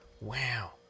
Wow